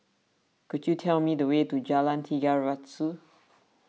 could you tell me the way to Jalan Tiga Ratus